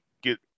get